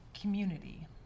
community